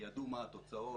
ידעו מה התוצאות,